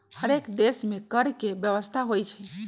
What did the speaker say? हरेक देश में कर के व्यवस्था होइ छइ